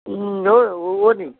अँ हो हो नि